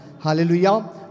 Hallelujah